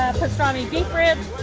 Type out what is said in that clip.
pastrami beef ribs.